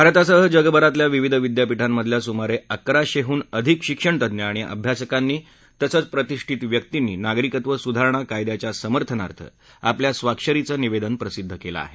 भारतासह जगभरातल्या विविध विद्यापीठांमधल्या सुमारे अकराशेहून अधिक शिक्षणतज्ञ आणि अभ्यासकांनी तसंच प्रतिष्ठित व्यर्तींनी नागरिकत्व सुधारणा कायद्याच्या समर्थनार्थ आपल्या स्वाक्षरीचं निवेदन प्रसिद्ध केलं आहे